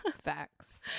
facts